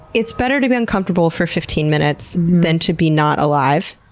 it's better to be uncomfortable for fifteen minutes than to be not alive.